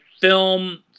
film